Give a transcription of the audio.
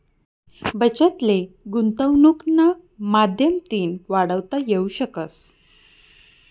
बचत ले गुंतवनुकना माध्यमतीन वाढवता येवू शकस